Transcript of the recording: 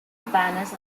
banners